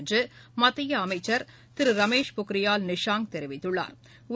என்று மத்திய அமைச்சா் திரு ரமேஷ் பொக்ரியால் நிஷாங் தெரிவித்துள்ளாா்